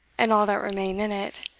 and all that remain in it,